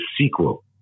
sequel